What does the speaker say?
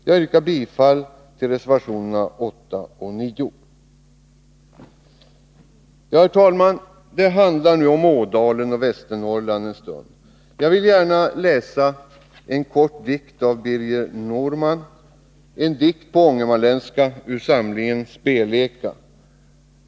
Jag yrkar bifall till reservationerna 8 och 9. Herr talman! Det skall nu handla om Ådalen och Västernorrland en stund. Jag vill gärna läsa en kort dikt av Birger Norman — en dikt på ångermanländska ur samlingen Speleka.